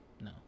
No